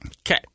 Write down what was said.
Okay